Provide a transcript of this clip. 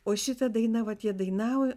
o šitą dainą vat jie dainavo